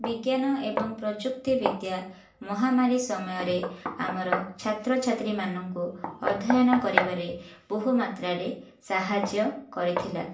ବିଜ୍ଞାନ ଏବଂ ପ୍ରଯୁକ୍ତିବିଦ୍ୟା ମହାମାରୀ ସମୟରେ ଆମର ଛାତ୍ରଛାତ୍ରୀମାନଙ୍କୁ ଅଧ୍ୟୟନ କରିବାରେ ବହୁ ମାତ୍ରାରେ ସାହାଯ୍ୟ କରିଥିଲା